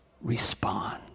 respond